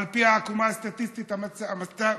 על פי העקומה הסטטיסטית המצב